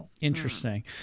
Interesting